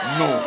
no